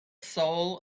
soul